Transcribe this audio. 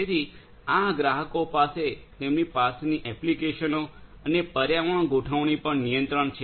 જેથી આ ગ્રાહકો પાસે તેમની પાસેની એપ્લિકેશનો અને પર્યાવરણ ગોઠવણી પર નિયંત્રણ છે